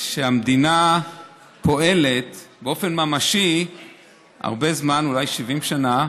שהמדינה פועלת באופן ממשי הרבה זמן, אולי 70 שנה,